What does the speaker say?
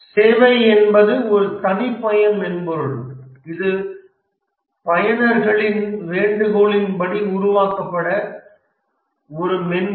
சேவை என்பது ஒரு தனிப்பயன் மென்பொருள் இது பயனர்களின் வேண்டுகோளின்படி உருவாக்கப்பட்ட ஒரு மென்பொருள்